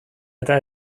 eta